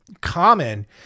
common